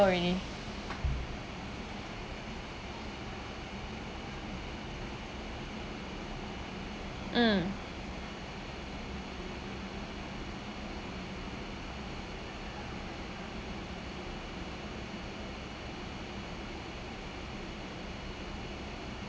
already mm